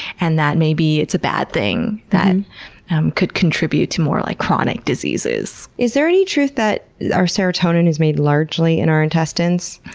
and that maybe it's a bad thing could contribute to more like chronic diseases. is there any truth that our serotonin is made largely in our intestines?